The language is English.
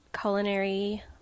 culinary